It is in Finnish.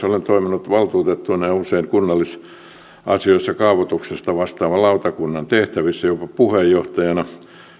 olen toiminut valtuutettuna ja usein kunnallisasioissa kaavoituksesta vastaavan lautakunnan tehtävissä ja jopa puheenjohtajana